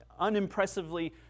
unimpressively